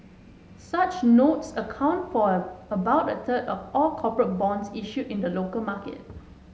such notes account for about a third of all corporate bonds issued in the local market